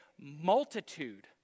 multitude